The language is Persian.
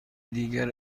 دیگر